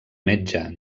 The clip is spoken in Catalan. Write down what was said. metge